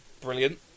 brilliant